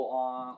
on